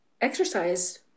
exercise